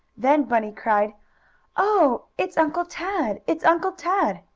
then bunny cried oh, it's uncle tad! it's uncle tad!